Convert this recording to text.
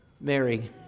Mary